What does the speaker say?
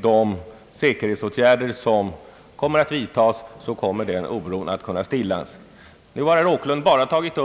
de säkerhetsåtgärder som kommer att vidtas. Herr Åkerlund tog endast